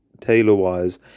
tailor-wise